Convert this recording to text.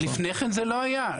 לפני כן זה לא היה.